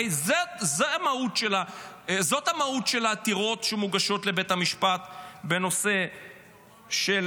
הרי זאת המהות של העתירות שמוגשות לבית המשפט בנושא של